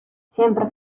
siempre